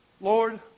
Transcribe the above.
Lord